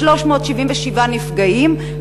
377 נפגעים,